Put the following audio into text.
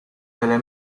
nelle